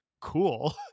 Cool